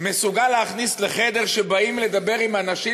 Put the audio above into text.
מסוגל להכניס לחדר שאליו באים לדבר עם אנשים